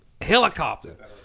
helicopter